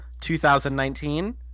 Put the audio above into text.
2019